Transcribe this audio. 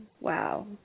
Wow